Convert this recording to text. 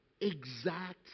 exact